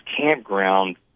campground